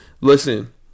listen